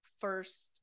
first